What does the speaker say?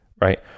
right